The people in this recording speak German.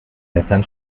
messern